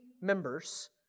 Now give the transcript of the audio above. members